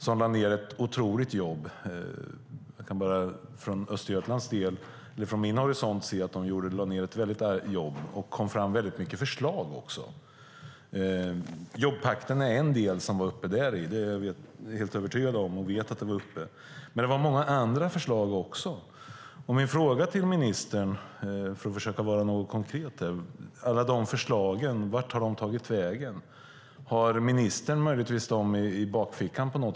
De lade ned ett otroligt jobb och kom fram med många förslag. Jobbpakten var en del som jag vet var uppe. Men det var också många andra förslag. Min fråga till ministern är: Vart har alla de förslagen tagit vägen? Har ministern möjligtvis dem i bakfickan?